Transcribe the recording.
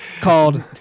called